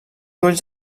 ulls